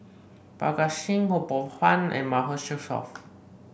Parga Singh Ho Poh Fun and Mahmood Yusof